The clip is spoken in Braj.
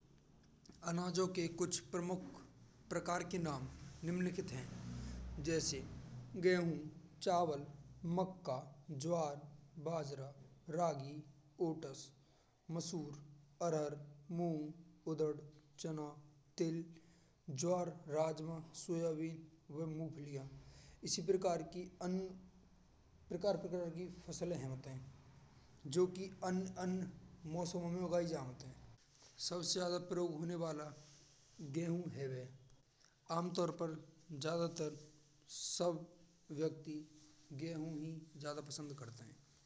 अनाजो के कुछ प्रकार के नाम निम्नलिखित हैं। जैसे गेहूँ, चावल, मक्का, ज्वार, बाजरा, ओट्स, मसूर, मूँग, उड़द चना, राजमा, सोयाबीन वा मूँगफलीया। इसी प्रकार की अन्य प्रकार की फसल हुईत है। जो कि अन्य अन्य मौसमों में उगाई जात हैं। सबसे ज्यादा प्रयोग होने वाला गेहूँ ही होता है। आमतौर पर सब व्यक्ति ज्यादातर गेहूँ पसंद करते हैं।